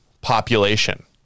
population